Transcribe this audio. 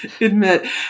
admit